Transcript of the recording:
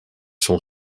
sont